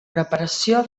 preparació